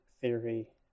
Theory